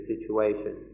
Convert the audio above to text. situation